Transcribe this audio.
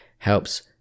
Helps